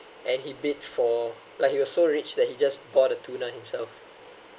and he paid for like he was so rich that he just bought the tuna himself